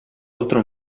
oltre